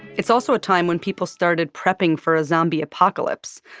it's also a time when people started prepping for a zombie apocalypse.